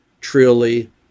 truly